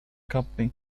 company